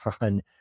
on